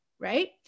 right